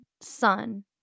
son